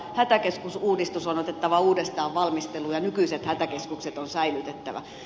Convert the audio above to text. hätäkeskusuudistus on otettava uudestaan valmisteluun ja nykyiset hätäkeskukset on säilytettävä